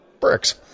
bricks